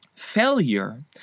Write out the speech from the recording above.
Failure